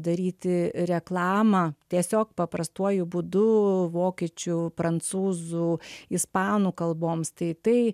daryti reklamą tiesiog paprastuoju būdu vokiečių prancūzų ispanų kalboms tai tai